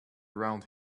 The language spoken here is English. around